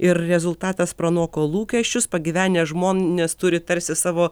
ir rezultatas pranoko lūkesčius pagyvenę žmonės turi tarsi savo